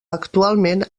actualment